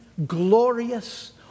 glorious